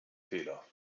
fehler